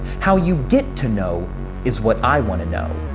how you get to know is what i want to know.